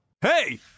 hey